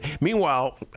Meanwhile